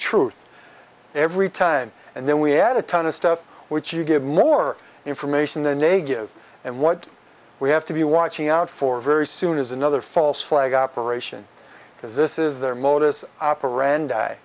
truth every time and then we add a ton of stuff which you give more information than negative and what we have to be watching out for very soon is another false flag operation as this is their modus operandi